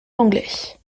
langlet